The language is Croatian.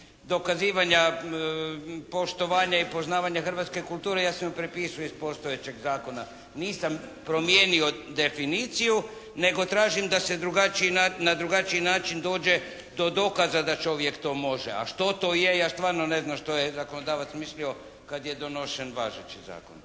dokazivanja poštovanja i poznavanja hrvatske kulture, ja sam ju prepisao iz postojećeg zakona. Nisam promijenio definiciju, nego tražim da se na drugačiji način dođe do dokaza da čovjek to može. A što to je, ja stvarno ne znam što je zakonodavac mislio kad je donošen važeći zakon.